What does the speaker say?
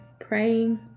praying